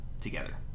together